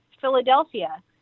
Philadelphia